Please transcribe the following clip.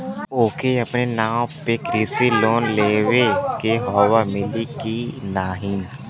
ओके अपने नाव पे कृषि लोन लेवे के हव मिली की ना ही?